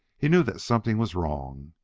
he knew that something was wrong.